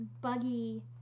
Buggy